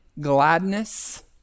gladness